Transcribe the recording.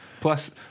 Plus